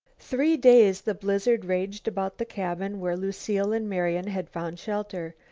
three days the blizzard raged about the cabin where lucile and marian had found shelter.